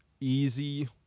easy